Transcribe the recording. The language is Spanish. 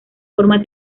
forma